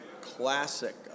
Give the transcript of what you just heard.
classic